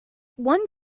one